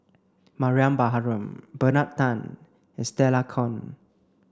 Mariam Baharom Bernard Tan and Stella Kon